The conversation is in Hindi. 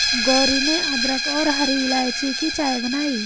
गौरी ने अदरक और हरी इलायची की चाय बनाई